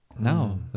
no